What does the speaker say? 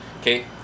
okay